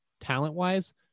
talent-wise